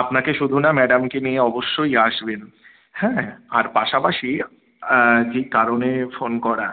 আপনাকে শুধু না ম্যাডামকে নিয়ে অবশ্যই আসবেন হ্যাঁ আর পাশাপাশি যে কারণে ফোন করা